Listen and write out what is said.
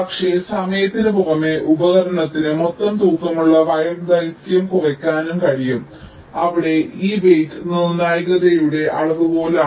പക്ഷേ സമയത്തിന് പുറമേ ഉപകരണത്തിന് മൊത്തം തൂക്കമുള്ള വയർ ദൈർഘ്യം കുറയ്ക്കാനും കഴിയും അവിടെ ഈ വെയ്റ് നിർണ്ണായകതയുടെ അളവുകോലാണ്